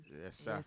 Yes